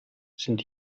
sind